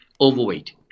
overweight